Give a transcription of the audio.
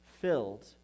filled